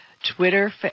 Twitter